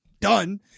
done